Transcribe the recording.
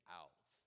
out